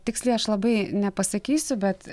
tiksliai aš labai nepasakysiu bet